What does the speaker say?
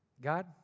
God